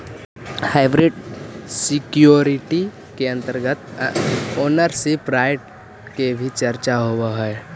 hybrid security के अंतर्गत ownership right के भी चर्चा होवऽ हइ